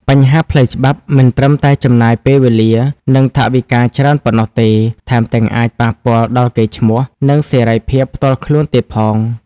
បញ្ហាផ្លូវច្បាប់មិនត្រឹមតែចំណាយពេលវេលា និងថវិកាច្រើនប៉ុណ្ណោះទេ ថែមទាំងអាចប៉ះពាល់ដល់កេរ្តិ៍ឈ្មោះ និងសេរីភាពផ្ទាល់ខ្លួនទៀតផង។